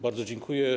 Bardzo dziękuję.